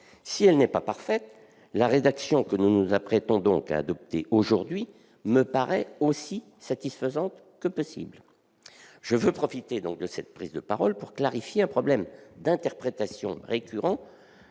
Si elle n'est pas parfaite, la rédaction que nous nous apprêtons donc à adopter aujourd'hui me paraît aussi satisfaisante que possible. Je veux profiter de cette prise de parole pour clarifier un problème d'interprétation récurrent